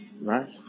Right